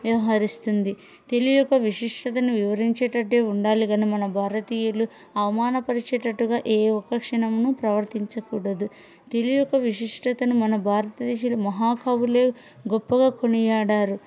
వ్యవహరిస్తుంది తెలుగు యొక్క విశిష్టతను వివరించేటట్లే ఉండాలి కానీ మన భారతీయులు అవమాన పరిచేటట్టుగా ఏ ఒక్క క్షణమును ప్రవర్తించకూడదు తెలుగు యొక్క విశిష్టతను మన భారతదేశంలో మహాకవులే గొప్పగా కొనియాడారు